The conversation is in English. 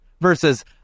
versus